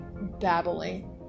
...babbling